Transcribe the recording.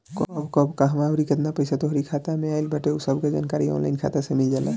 कब कब कहवा अउरी केतना पईसा तोहरी खाता में आई बाटे उ सब के जानकारी ऑनलाइन खाता से मिल जाला